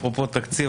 אפרופו תקציב,